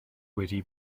wedi